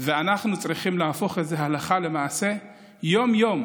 ואנחנו צריכים להפוך את זה הלכה למעשה יום-יום,